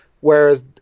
whereas